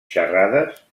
xerrades